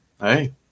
Hey